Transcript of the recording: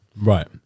Right